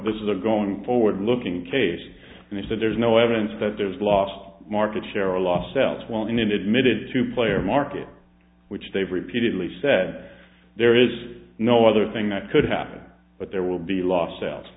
this is are going forward looking case and he said there's no evidence that there's lost market share a loss sells well in an admitted to player market which they've repeatedly said there is no other thing that could happen but there will be lost sales